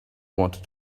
wanted